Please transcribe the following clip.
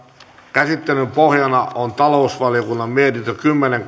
käsittelyn pohjana on talousvaliokunnan mietintö kymmenen